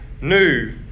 New